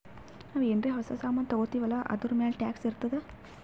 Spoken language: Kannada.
ನಾವು ಏನಾರೇ ಹೊಸ ಸಾಮಾನ್ ತಗೊತ್ತಿವ್ ಅಲ್ಲಾ ಅದೂರ್ಮ್ಯಾಲ್ ಟ್ಯಾಕ್ಸ್ ಇರ್ತುದೆ